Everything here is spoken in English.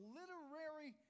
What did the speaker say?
literary